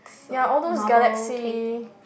ya all those galaxy